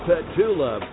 Petula